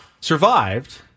Survived